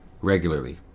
regularly